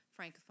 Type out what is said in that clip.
Francophone